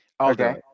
Okay